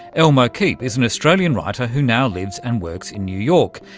elmo keep is an australian writer who now lives and works in new york.